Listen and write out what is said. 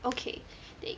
okay then